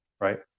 Right